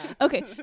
okay